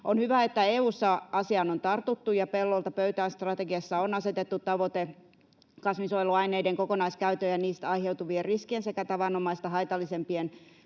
On hyvä, että EU:ssa asiaan on tartuttu ja Pellolta pöytään ‑strategiassa on asetettu tavoite kasvinsuojeluaineiden kokonaiskäytön ja niistä aiheutuvien riskien sekä tavanomaista haitallisempien